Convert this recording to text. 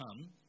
come